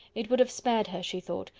it would have spared her, she thought,